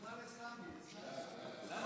חוק סדר הדין